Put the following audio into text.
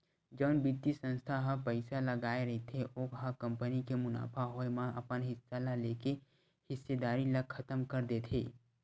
जउन बित्तीय संस्था ह पइसा लगाय रहिथे ओ ह कंपनी के मुनाफा होए म अपन हिस्सा ल लेके हिस्सेदारी ल खतम कर देथे